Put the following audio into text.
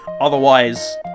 otherwise